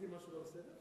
עשיתי משהו לא בסדר?